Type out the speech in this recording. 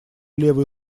левый